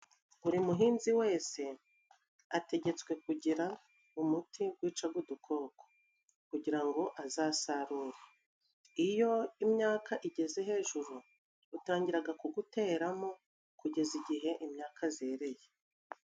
Buri muhinzi wese ategetswe kugira umuti gwicaga udukoko kugira ngo azasarure. Iyo imyaka igeze hejuru utangiraga kuguteramo kugeza igihe imyaka zereye.